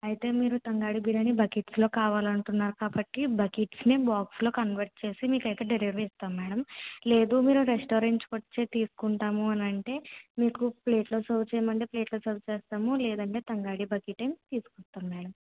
అయితే మీరు తంగడి బిర్యానీ బకెట్స్లో కావాలంటున్నారు కాబట్టి బకెట్స్నే బాక్స్లో కన్వర్ట్ చేసి మీకు అయితే డెలివరీ ఇస్తాము మేడం లేదు మీరు రెస్టారెంట్కి వచ్చే తీసుకుంటాము అనంటే మీకు ప్లేట్లో సర్వ్ చెయ్యమంటే ప్లేట్లో సర్వ్ చేస్తాము లేదంటే తంగడి కెటే తీసుకువస్తాము మేడం